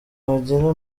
bagera